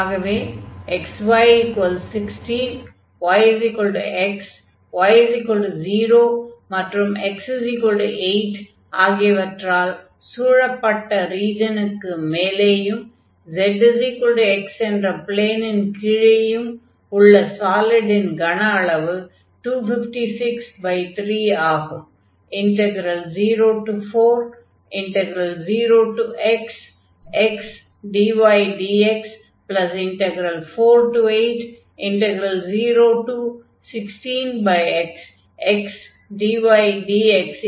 ஆகவே xy16 y x y 0 மற்றும் x 8 ஆகியவற்றால் சூழப்பட்ட ரீஜனுக்கு மேலேயும் z x என்ற ப்ளேனின் கீழேயும் உள்ள சாலிடின் கன அளவு 2563 ஆகும்